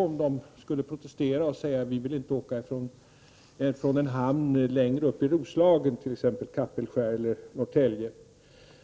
att många skulle protestera och säga att de inte vill åka från en hamn längre upp i Roslagen, t.ex. Kapellskär eller Norrtälje, när man ser vilka värden det ligger i att bekvämt kunna gå på en båt i Stockholm och sedan kunna åka ända till Finland genom den vackra skärgården.